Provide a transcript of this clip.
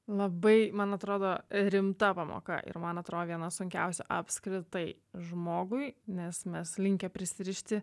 labai man atrodo rimta pamoka ir man atrodo viena sunkiausių apskritai žmogui nes mes linkę prisirišti